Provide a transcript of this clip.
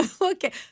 Okay